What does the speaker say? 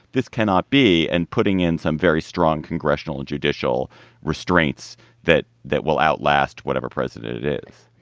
this cannot be. and putting in some very strong congressional and judicial restraints that that will outlast whatever president it is